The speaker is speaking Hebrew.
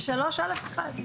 ב-3א1).